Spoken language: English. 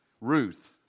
Ruth